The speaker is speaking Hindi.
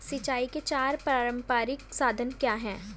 सिंचाई के चार पारंपरिक साधन क्या हैं?